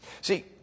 See